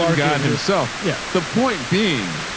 um god himself. yeah the point being,